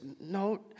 no